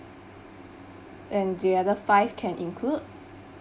and the other five can include